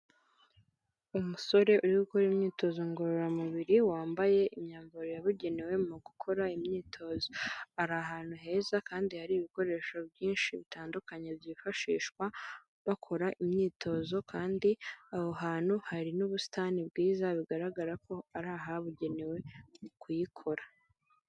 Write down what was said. Umusore uri gukora imyitozo ngororamubiri wambaye imyambaro yabugenewe mu gukora imyitozo, ari ahantu heza kandi hari ibikoresho byinshi bitandukanye byifashishwa bakora imyitozo kandi aho hantu hari n'ubusitani bwiza bigaragara ko ari ahabugenewe kuyikora.